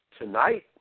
tonight